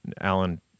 Alan